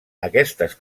aquestes